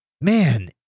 man